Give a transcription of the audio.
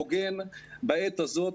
הוגן בעת הזאת,